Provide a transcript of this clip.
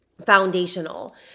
Foundational